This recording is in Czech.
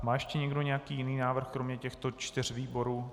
Má ještě někdo nějaký jiný návrh kromě těchto čtyř výborů?